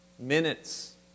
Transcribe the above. Minutes